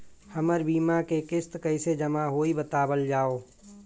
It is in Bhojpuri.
हमर बीमा के किस्त कइसे जमा होई बतावल जाओ?